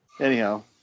anyhow